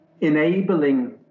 enabling